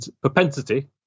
propensity